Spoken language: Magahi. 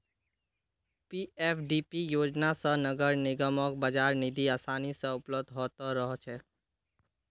पीएफडीपी योजना स नगर निगमक बाजार निधि आसानी स उपलब्ध ह त रह छेक